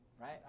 right